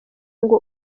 ngo